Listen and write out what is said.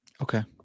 Okay